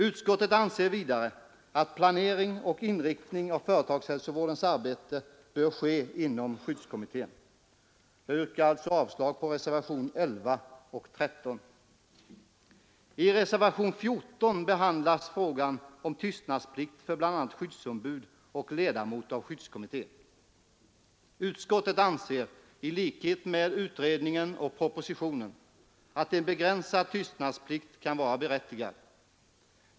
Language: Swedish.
Utskottet anser vidare att planering och inriktning av företagshälsovårdens arbete bör ske inom skyddskommittén. Jag yrkar avslag på reservationerna 11 och 13. I reservationen 14 behandlas frågan om tystnadsplikt för bl.a. skyddsombud och ledamot av skyddskommitté. Utskottet anser i likhet med utredningen och propositionen att en begränsad tystnadsplikt kan vara berättigad.